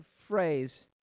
phrase